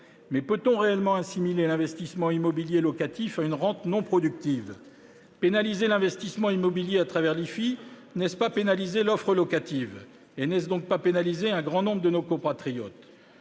Mais peut-on réellement assimiler l'investissement immobilier locatif à une rente non productive ? Pénaliser l'investissement immobilier à travers l'IFI, n'est-ce pas pénaliser l'offre locative ? Et n'est-ce donc pas pénaliser un grand nombre de nos compatriotes ?